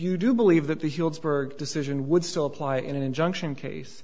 you do believe that the healdsburg decision would still apply in an injunction case